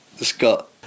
Scott